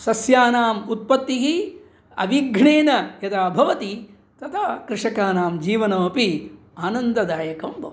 सस्यानाम् उत्पत्तिः अविघ्नेन यदा भवति तदा कृषकाणां जीवनमपि आनन्ददायकं भवति